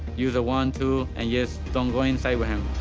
use a one-two and just don't go inside with him.